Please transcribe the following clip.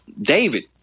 david